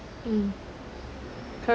mm